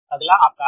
अगला आपका है